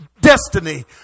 destiny